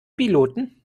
piloten